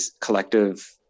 collective